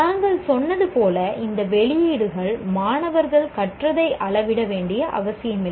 நாங்கள் சொன்னது போல இந்த வெளியீடுகள் மாணவர்கள் கற்றதை அளவிட வேண்டிய அவசியமில்லை